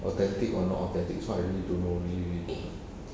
authentic or not authentic so I really don't know really